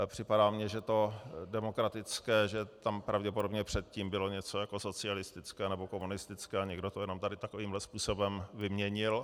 Připadá mně, že to demokratické, že tam pravděpodobně předtím bylo něco jako socialistické nebo komunistické a někdo to jenom tady takovýmhle způsobem vyměnil.